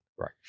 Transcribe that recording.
Right